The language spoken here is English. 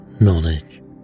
knowledge